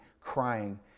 crying